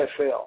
NFL